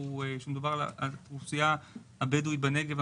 כשמדובר על האוכלוסייה הבדווית בנגב,